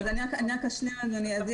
אני רק אשלים, אדוני.